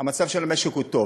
המצב של המשק טוב,